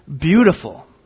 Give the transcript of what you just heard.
Beautiful